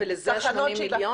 תחנות שאיבה --- ולזה 80 מיליון?